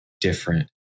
different